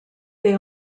they